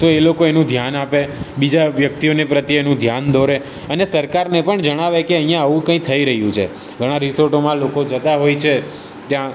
તો એ લોકો એનું ધ્યાન આપે બીજા વ્યક્તિઓની પ્રત્યે એનું ધ્યાન દોરે અને સરકારને પણ જણાવે કે અહીંયાં આવું કંઈ થઈ રહ્યું છે ઘણા રિસોર્ટોમાં લોકો જતાં હોય છે ત્યાં